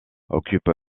occupe